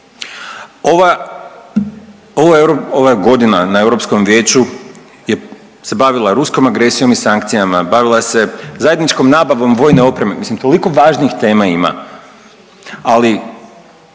ova godina na Europskom vijeću je se bavila ruskom agresijom i sankcijama, bavila se zajedničkom nabavom vojne opreme, mislim toliko važnih tema ima, ali